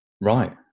Right